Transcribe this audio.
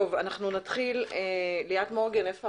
בגיל שלושה ימים עד גיל שבוע ניתן לעשות את הפעולות האלה,